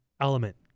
element